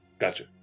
Gotcha